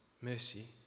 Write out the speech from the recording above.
mercy